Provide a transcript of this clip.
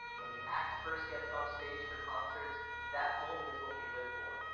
when the act first gets on stage for concerts, that moment is what we live for.